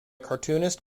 cartoonist